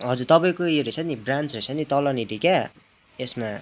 हजुर तपाईँको उयो रहेछ नि ब्रान्च रहेछ नि तलनिर क्या यसमा